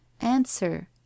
answer